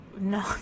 no